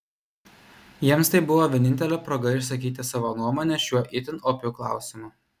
jiems tai buvo vienintelė proga išsakyti savo nuomonę šiuo itin opiu klausimu